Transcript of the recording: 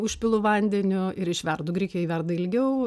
užpilu vandeniu ir išverdu grikiai verda ilgiau